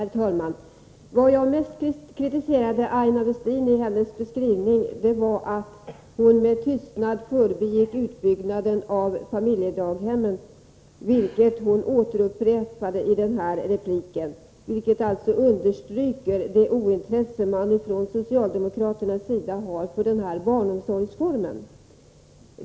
Herr talman! Vad jag mest kritiserade i Aina Westins beskrivning var att hon med tystnad förbigick utbyggnaden av familjedaghemmen, vilket hon även gjorde i sin senaste replik. Detta understryker det ointresse man från socialdemokraternas sida visar mot denna barnomsorgsform.